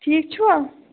ٹھیٖک چھِوا